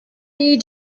you